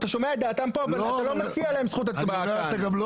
אתה שומע את דעתם פה,